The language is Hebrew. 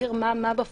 להבהיר מה בפועל,